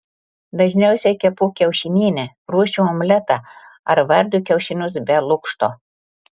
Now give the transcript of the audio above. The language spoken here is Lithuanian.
dažniausiai kepu kiaušinienę ruošiu omletą ar verdu kiaušinius be lukšto